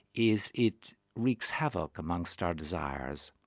is it wreaks havoc amongst our desires.